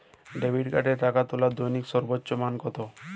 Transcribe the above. Debit কার্ডে টাকা তোলার দৈনিক সর্বোচ্চ মান কতো?